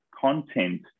content